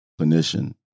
clinician